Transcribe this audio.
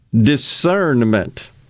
discernment